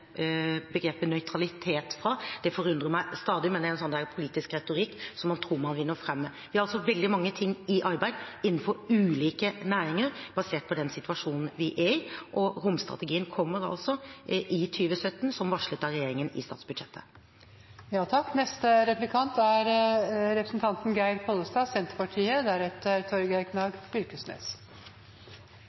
begrepet nøytralitet fra, forundrer meg stadig, men det er en sånn politisk retorikk som man tror man vinner fram med. Vi har veldig mange ting i arbeid innenfor ulike næringer, basert på den situasjonen vi er i, og romstrategien kommer altså i 2017, som varslet av regjeringen i statsbudsjettet.